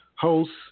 hosts